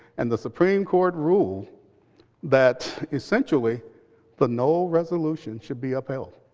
and the supreme court ruled that essentially the noel resolution should be upheld.